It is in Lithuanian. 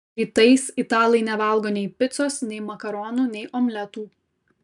rytais italai nevalgo nei picos nei makaronų nei omletų